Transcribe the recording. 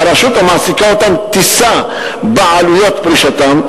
והרשות המעסיקה אותם תישא בעלויות פרישתם.